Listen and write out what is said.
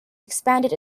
expanded